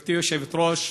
גברתי היושבת-ראש,